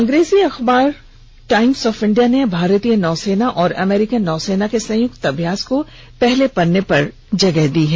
अंग्रेजी अखबार Times of India ने भारतीय नौसेना और अमेरिकी नौसेना के संयुक्त अभ्यास को पहले पन्ने पर जगह दी है